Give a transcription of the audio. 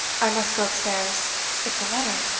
i must go upstairs it's a letter,